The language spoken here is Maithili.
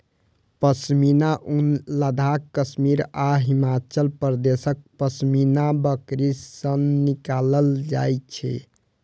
पश्मीना ऊन लद्दाख, कश्मीर आ हिमाचल प्रदेशक पश्मीना बकरी सं निकालल जाइ छै